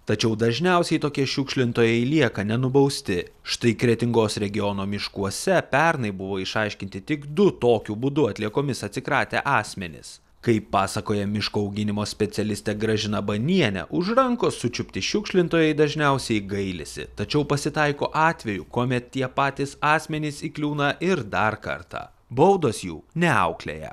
tačiau dažniausiai tokie šiukšlintojai lieka nenubausti štai kretingos regiono miškuose pernai buvo išaiškinti tik du tokiu būdu atliekomis atsikratę asmenys kaip pasakoja miško auginimo specialistė gražina banienė už rankos sučiupti šiukšlintojai dažniausiai gailisi tačiau pasitaiko atvejų kuomet tie patys asmenys įkliūna ir dar kartą baudos jų neauklėja